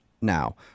now